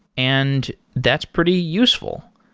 and that's pretty useful.